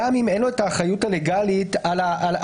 גם אם אין לו את האחריות הלגלית על המקום.